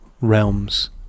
Realms